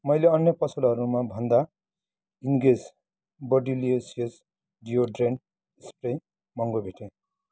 मैले अन्य पसलहरूमा भन्दा इन्गेज बडीलिसियस डियोड्रेन्ट स्प्रे महँगो भेटेँ